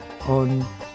on